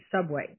subway